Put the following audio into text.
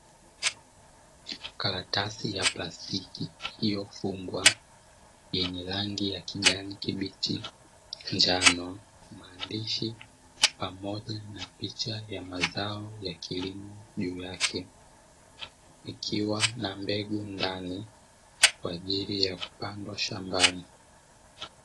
Karatasi ya plastiki iliyofungwa yenye rangi ya kijani kibichi, njano, maandishi pamoja na picha ya mazao ya kilimo juu yake ikiwa na mbegu ndani kwa ajili ya kupandwa shambani.